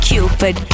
Cupid